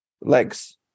legs